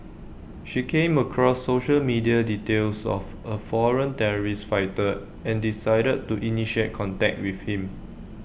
she came across social media details of A foreign terrorist fighter and decided to initiate contact with him